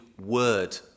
word